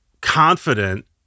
confident